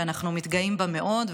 שאנחנו מתגאים בה מאוד,